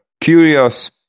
curious